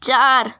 চার